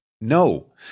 No